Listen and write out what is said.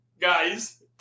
guys